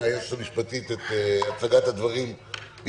מהיועצת המשפטית את הצגת הדברים,